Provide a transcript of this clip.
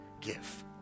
give